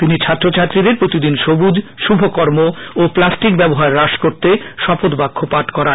তিনি ছাত্রছাত্রীদের প্রতিদিন সবুজ শুভ কর্ম ও প্লাস্টিক ব্যবহার হ্রাস করতে শপথ বাক্য পাঠ করান